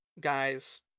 guys